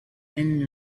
and